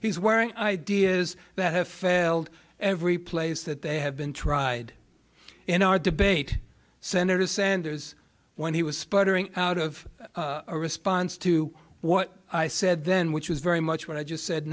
he's wearing ideas that have failed every place that they have been tried in our debate senator sanders when he was sputtering out of a response to what i said then which was very much what i just said